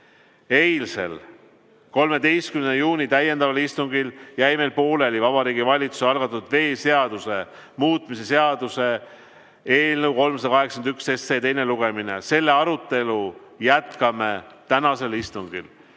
Eilsel, 13. juuni täiendaval istungil jäi meil pooleli Vabariigi Valitsuse algatatud veeseaduse muutmise seaduse eelnõu 381 teine lugemine. Selle arutelu jätkame tänasel istungil.